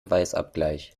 weißabgleich